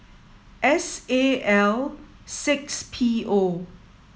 S A L six P O